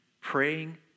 Praying